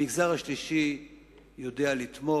המגזר השלישי יודע לתמוך,